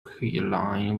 headline